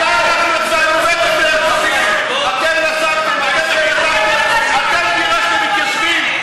אתם, אתם גירשתם מתיישבים.